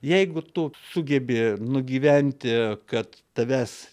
jeigu tu sugebi nugyventi kad tavęs